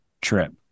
trip